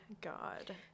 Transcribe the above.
god